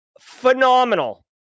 Phenomenal